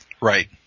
Right